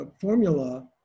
formula